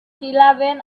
eleven